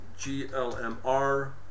GLMR